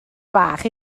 bach